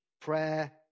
prayer